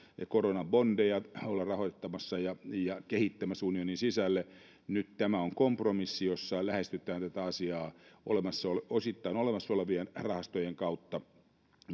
ja koronabondeja olla rahoittamassa ja ja kehittämässä unionin sisälle nyt tämä on kompromissi jossa lähestytään tätä asiaa osittain olemassa olevien rahastojen kautta